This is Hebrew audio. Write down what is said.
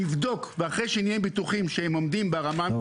נבדוק ואחרי שנהיה בטוחים שהם עומדים ברמה המסוימת,